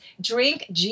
drink